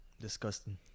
Disgusting